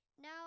now